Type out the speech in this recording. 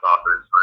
authors